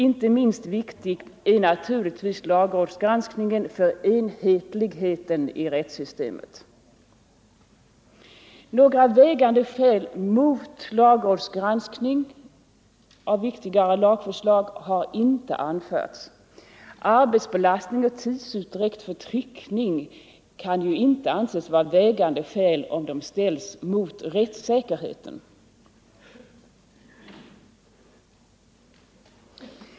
Inte minst viktig är naturligtvis lagrådsgranskningen för enhetligheten i rättssystemet. Några vägande skäl mot lagrådsgranskning av viktigare lagförslag har inte anförts. Arbetsbelastning och tidsutdräkt för tryckning kan inte anses vara vägande skäl om de ställs mot rättssäkerheten.